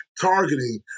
targeting